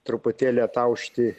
truputėlį ataušti